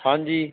ਹਾਂਜੀ